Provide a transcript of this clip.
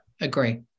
agree